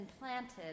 implanted